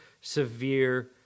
severe